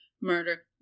murder